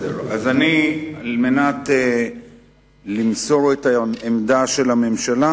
על מנת למסור את עמדת הממשלה,